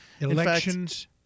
Elections